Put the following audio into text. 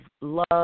love